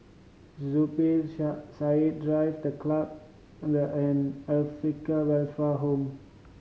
Zubir Said Drive The Club and an Acacia Welfare Home